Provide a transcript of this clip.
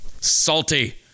Salty